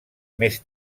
més